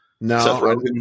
No